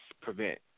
prevent